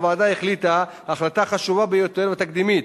הוועדה החליטה החלטה חשובה ביותר ותקדימית,